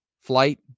flight